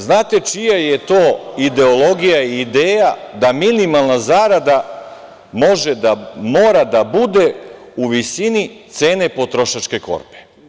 Znate čija je to ideologija i ideja da minimalna zarada mora da bude u visini cene potrošačke korpe?